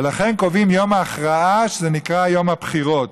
ולכן קובעים יום הכרעה, שזה נקרא יום הבחירות,